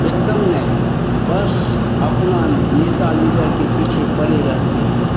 एक दम नहीं बस अपना नेता लीडर के पीछे पड़े रहते हैं